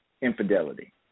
infidelity